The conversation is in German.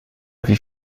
wie